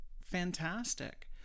fantastic